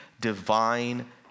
divine